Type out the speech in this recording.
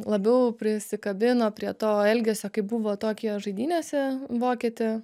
labiau prisikabino prie to elgesio kai buvo tokijo žaidynėse vokietė